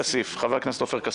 חבר הכנסת עופר כסיף.